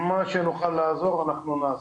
מה שנוכל לעזור אנחנו נעשה.